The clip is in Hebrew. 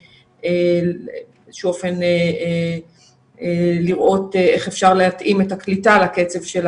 באיזה שהוא אופן לראות איך אפשר להתאים את הקליטה לקצב של